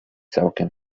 całkiem